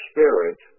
Spirit